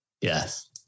Yes